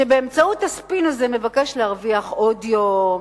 שבאמצעות הספין הזה מבקש להרוויח עוד יום,